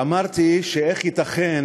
ואמרתי: איך ייתכן